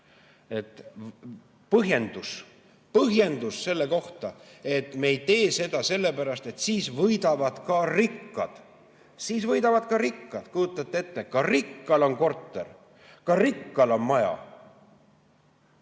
toodud] põhjendus, et me ei tee seda sellepärast, et siis võidavad ka rikkad. Siis võidavad ka rikkad, kujutate ette. Ka rikkal on korter, ka rikkal on maja.